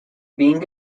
being